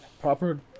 proper